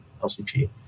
LCP